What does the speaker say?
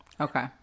Okay